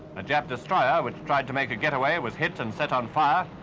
a jap destroyer, which tried to make a getaway, was hit and set on fire.